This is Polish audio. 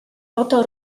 oto